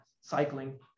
cycling